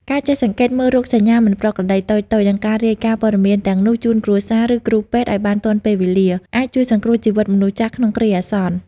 ការចេះសង្កេតមើលរោគសញ្ញាមិនប្រក្រតីតូចៗ និងការរាយការណ៍ព័ត៌មានទាំងនោះជូនគ្រួសារ ឬគ្រូពេទ្យឱ្យបានទាន់ពេលវេលា អាចជួយសង្គ្រោះជីវិតមនុស្សចាស់ក្នុងគ្រាអាសន្ន។